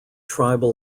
tribal